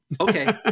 Okay